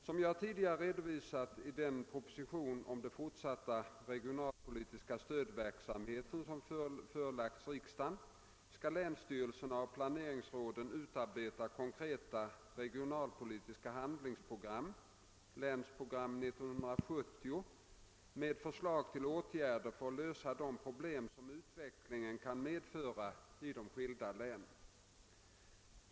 Som jag tidigare redovisat i den proposition om den fortsatta regionalpolitiska stödverksamheten som förelagts riksdagen skall länsstyrelserna och planeringsråden utarbeta konkreta regionalpolitiska handlingsprogram — länsprogram 1970 — med förslag till åtgärder för att lösa de problem som utvecklingen kan medföra i de skilda länen.